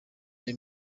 the